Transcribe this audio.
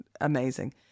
amazing